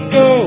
go